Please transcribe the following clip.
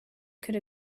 could